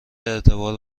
اعتبار